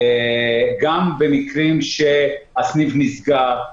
גם במקרים שהסניף נסגר.